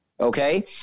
Okay